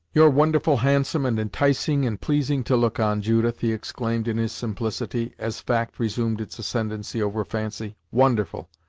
you're wonderful handsome, and enticing, and pleasing to look on, judith! he exclaimed, in his simplicity, as fact resumed its ascendency over fancy. wonderful!